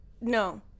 No